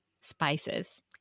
spices